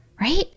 Right